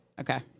Okay